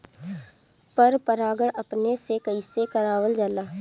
पर परागण अपने से कइसे करावल जाला?